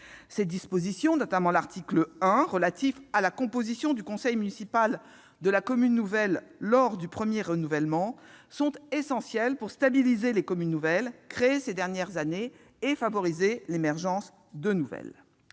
Ces dispositions, notamment l'article 1 relatif à la composition du conseil municipal de la commune nouvelle lors du premier renouvellement, sont essentielles pour stabiliser les communes nouvelles créées ces dernières années et favoriser l'émergence de nouveaux